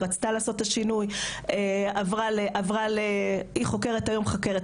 היא רצתה לעשות את השינוי והיום היא חוקרת פשעים,